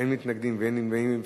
אין מתנגדים ואין נמנעים.